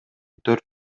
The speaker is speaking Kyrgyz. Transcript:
төрт